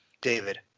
david